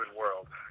world